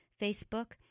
Facebook